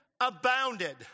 abounded